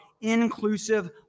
inclusive